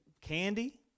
candy